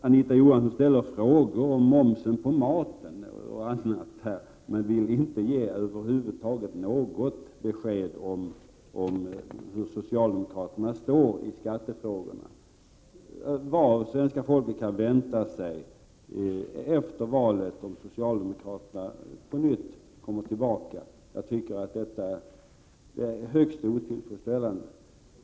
Anita Johansson ställer här frågor om momsen på mat och om en hel del annat, men hon vill över huvud taget inte ge något besked om var socialdemokraterna står i skattefrågorna och vad svenska folket kan vänta sig efter valet, om socialdemokraterna då på nytt kommer tillbaka. Jag tycker att det är högst otillfredsställande.